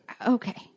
Okay